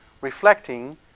reflecting